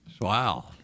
Wow